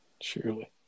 Surely